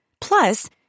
Plus